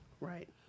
Right